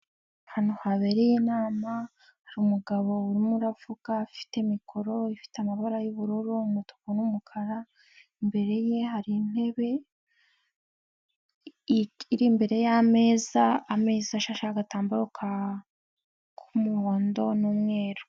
Ahantu habereye inama, hariru umugabo urimo aravugaka, afite mikoro ifite amabara y'ubururu, umutuku n'umukara, imbere ye hari intebe iri imbere y'ameza, ameza ashasheho agatambaro k'umuhondo n'umweru.